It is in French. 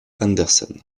andersen